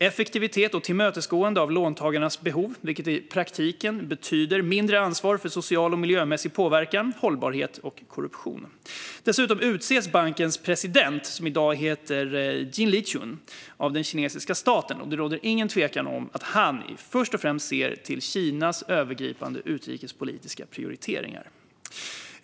effektivitet och tillmötesgående av låntagarnas behov, vilket i praktiken betyder mindre ansvar för social och miljömässig påverkan, hållbarhet och korruption. Dessutom utses bankens ordförande, som i dag heter Jin Liqun, av den kinesiska staten, och det råder ingen tvekan om att han först och främst ser till Kinas övergripande utrikespolitiska prioriteringar.